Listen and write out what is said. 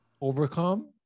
overcome